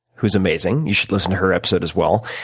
who's amazing. you should listen to her episode as well.